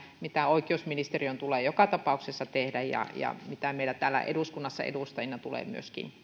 mitä oikeusministeriön tulee joka tapauksessa tehdä ja ja mitä meidän täällä eduskunnassa edustajina tulee myöskin